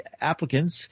applicants